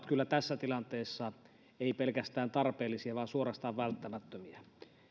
kyllä tässä tilanteessa pelkästään tarpeellisia vaan suorastaan välttämättömiä